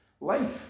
life